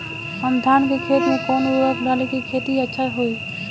हम धान के खेत में कवन उर्वरक डाली कि खेती अच्छा होई?